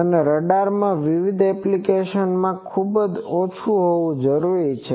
અને રડારમાં વિવિધ એપ્લિકેશનોમાં તે ખૂબ ઓછું હોવું જરૂરી છે